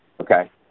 Okay